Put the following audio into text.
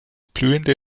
blühende